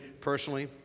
personally